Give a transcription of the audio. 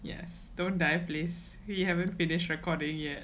yes don't die please you haven't finished recording yet